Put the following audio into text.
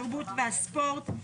התרבות והספורט.